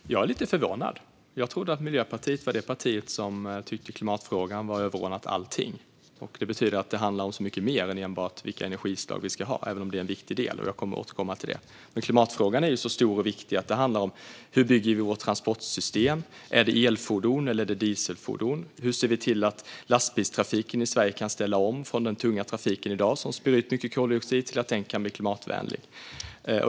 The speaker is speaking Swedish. Fru talman! Jag är lite förvånad. Jag trodde att Miljöpartiet var det parti som tycker att klimatfrågan är överordnad allting. Det betyder att det handlar om så mycket mer än enbart vilka energislag vi ska ha, även om det är en viktig del. Jag kommer att återkomma till det. Klimatfrågan är stor och viktig och handlar till exempel om hur vi bygger vårt transportsystem. Är det elfordon, eller är det dieselfordon? Hur ser vi till att lastbilstrafiken i Sverige kan ställa om från dagens tunga trafik som spyr ut mycket koldioxid till att tänka mer klimatvänligt?